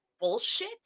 bullshit